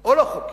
או לא חוקית?